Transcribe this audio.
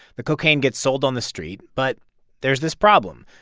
the cocaine gets sold on the street, but there's this problem.